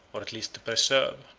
or at least to preserve,